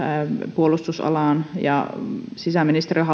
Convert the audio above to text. puolustusalan ja sisäministeriön